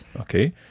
Okay